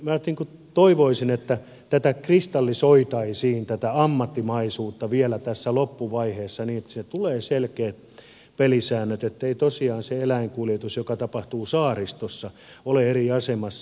minä toivoisin että ammattimaisuutta kristallisoitaisiin vielä tässä loppuvaiheessa niin että tulee selkeät pelisäännöt ettei tosiaan se eläinkuljetus joka tapahtuu saaristossa ole eri asemassa